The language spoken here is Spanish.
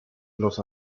los